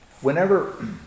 whenever